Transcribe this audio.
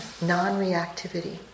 non-reactivity